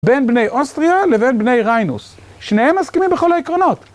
בין בני אוסטריה לבין בני ריינוס, שניהם מסכימים בכל העקרונות.